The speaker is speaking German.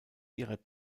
ihrer